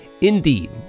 Indeed